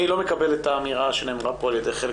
אני לא מקבל את האמירה שנאמרה כאן על ידי חלק